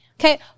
Okay